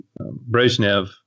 Brezhnev